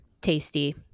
tasty